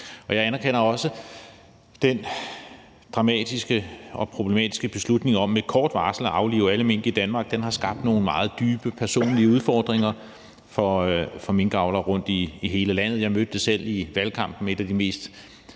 Jeg anerkender også den dramatiske og problematiske beslutning om med kort varsel at aflive alle mink i Danmark. Den har skabt nogle meget dybe personlige udfordringer for minkavlere rundt i hele landet. Jeg mødte det selv i valgkampen. Et af de mest